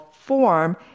form